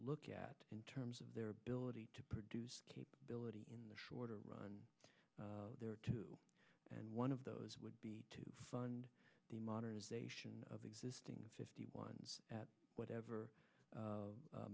look at in terms of their ability to produce capability in the short run there are two and one of those would be to fund the modernization of existing fifty ones at whatever